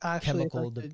chemical